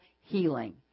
healing